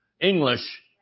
English